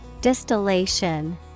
Distillation